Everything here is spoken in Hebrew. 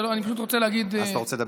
אני פשוט רוצה להגיד, אז אתה רוצה לדבר?